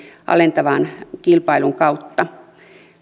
alentavan kilpailun kautta